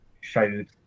showed